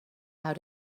how